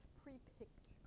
pre-picked